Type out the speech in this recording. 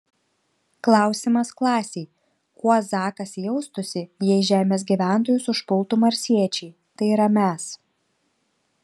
klausimas klasei kuo zakas jaustųsi jei žemės gyventojus užpultų marsiečiai tai yra mes